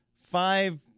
five